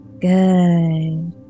Good